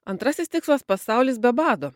antrasis tikslas pasaulis be bado